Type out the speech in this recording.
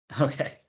Okay